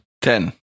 Ten